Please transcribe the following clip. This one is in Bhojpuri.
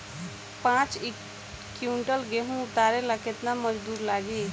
पांच किविंटल गेहूं उतारे ला केतना मजदूर लागी?